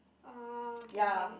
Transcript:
okay okay